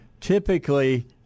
typically